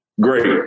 Great